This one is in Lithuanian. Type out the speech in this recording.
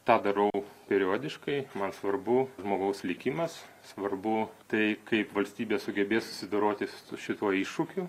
tą darau periodiškai man svarbu žmogaus likimas svarbu tai kaip valstybė sugebės susidoroti su šituo iššūkiu